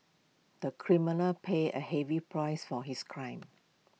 the criminal paid A heavy price for his crime